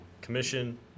commission